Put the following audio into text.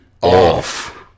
off